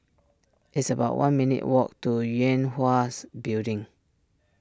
it's about one minutes' walk to Yue Hwa's Building